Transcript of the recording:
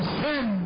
sin